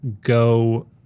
go